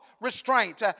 restraint